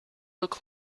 look